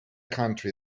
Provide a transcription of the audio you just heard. country